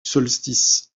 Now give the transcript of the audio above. solstice